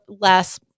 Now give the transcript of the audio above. less